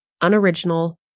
unoriginal